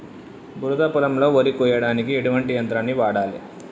బురద పొలంలో వరి కొయ్యడానికి ఎటువంటి యంత్రాన్ని వాడాలి?